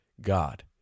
God